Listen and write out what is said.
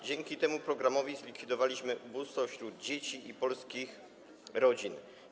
Dzięki temu programowi zlikwidowaliśmy ubóstwo wśród dzieci i polskich rodzin.